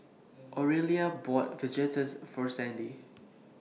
Aurelia bought Fajitas For Sandy